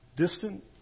Distant